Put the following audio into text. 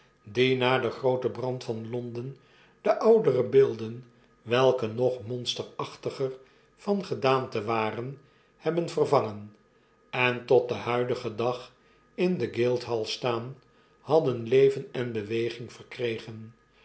na den grooten brand van londen de oudere beelden welke nog monsterachtiger van gedaante waren hebben vervangen en tot den huidigen dag in de guildhall staan hadden leven en beweging verkregen